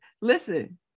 listen